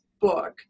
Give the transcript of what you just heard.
book